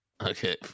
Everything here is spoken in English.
Okay